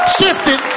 shifted